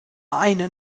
eine